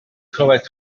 clywed